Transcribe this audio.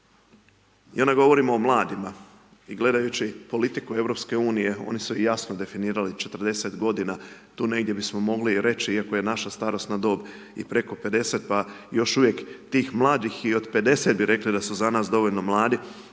I onda govorimo o mladima i gledajući politiku EU, oni su jasno definirali 40 g. tu negdje bismo mogli reći, iako je naša starosna dob i preko 50, pa još uvijek i tih mladih i od 50 bi rekli, da su za nas dovoljno mladi,